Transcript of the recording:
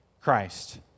Christ